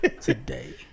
today